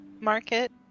Market